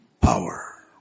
power